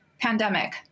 pandemic